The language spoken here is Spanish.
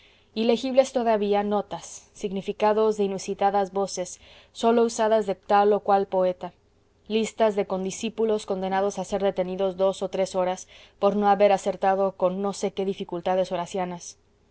legibles todavía notas significados de inusitadas voces sólo usadas de tal o cual poeta listas de condiscípulos condenados a ser detenidos dos o tres horas por no haber acertado con no sé qué dificultades horacianas